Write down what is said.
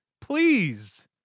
please